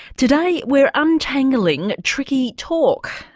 today we are untangling tricky talk